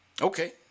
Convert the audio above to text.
okay